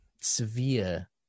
severe